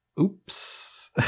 oops